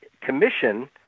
commission